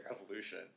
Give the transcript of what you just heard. revolution